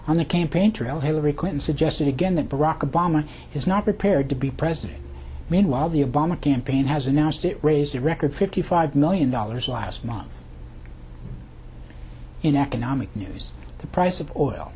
on the campaign trail hillary clinton suggested again that barack obama is not prepared to be president meanwhile the obama campaign has announced it raised a record fifty five million dollars last month in economic news the price of oil